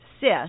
Sis